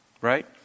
Right